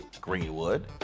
Greenwood